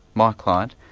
my client,